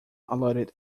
allotted